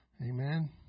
Amen